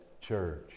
Church